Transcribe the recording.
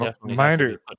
reminder